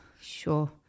sure